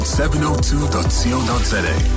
702.co.za